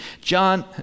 John